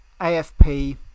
afp